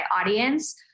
audience